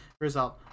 Result